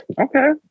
Okay